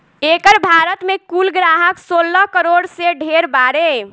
एकर भारत मे कुल ग्राहक सोलह करोड़ से ढेर बारे